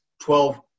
twelve